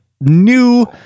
new